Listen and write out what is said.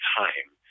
time